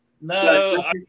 no